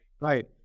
Right